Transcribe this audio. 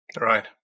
Right